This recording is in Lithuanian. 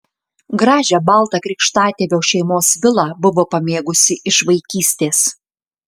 gražią baltą krikštatėvio šeimos vilą buvo pamėgusi iš vaikystės